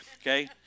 Okay